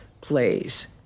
plays